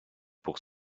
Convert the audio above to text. pour